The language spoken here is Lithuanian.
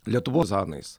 lietuvos zanais